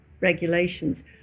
regulations